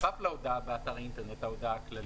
בנוסף להודעה באתר האינטרנט,